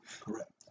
Correct